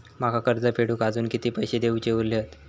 माका कर्ज फेडूक आजुन किती पैशे देऊचे उरले हत?